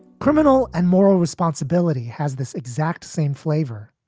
criminal and moral responsibility has this exact same flavor